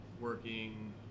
working